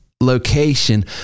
Location